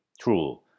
True